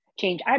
change